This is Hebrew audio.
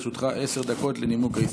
לרשותך עשר דקות לנימוק ההסתייגות.